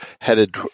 headed